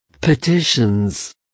petitions